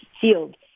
field